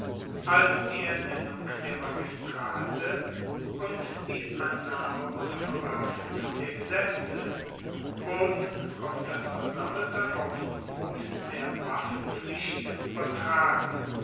als die ernennung der magistrate und die annahme oder verwerfung der gesetze wurden auf das versammelte aufgebot der waffenpflichtigen uebertragen